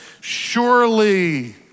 Surely